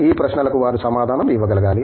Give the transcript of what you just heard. ఈ ప్రశ్నలకు వారు సమాధానం ఇవ్వగలగాలి